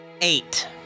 Eight